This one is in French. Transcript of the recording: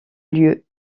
lieu